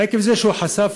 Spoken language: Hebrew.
עקב זה שהוא חשף,